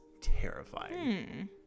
terrifying